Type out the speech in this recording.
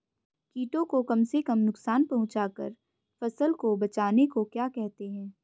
कीटों को कम से कम नुकसान पहुंचा कर फसल को बचाने को क्या कहते हैं?